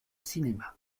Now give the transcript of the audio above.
cinéma